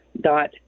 dot